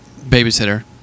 Babysitter